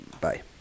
bye